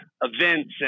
events